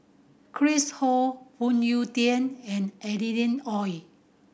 Chris Ho Phoon Yew Tien and Adeline Ooi